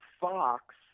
Fox